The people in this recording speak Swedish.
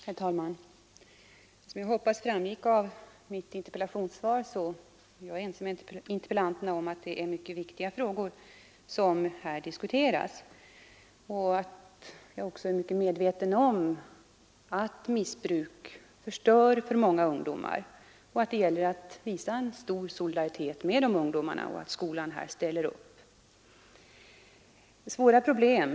Herr talman! Jag hoppas att det framgick av mitt interpellationssvar att jag är ense med interpellanterna om att det är mycket viktiga frågor som här diskuteras. Jag är också medveten om att missbruk förstör mycket för många ungdomar. Det gäller att visa stor solidaritet med dessa ungdomar, och det är viktigt att skolan ställer upp i det sammanhanget.